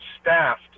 staffed